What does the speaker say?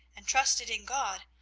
and trusted in god,